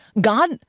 God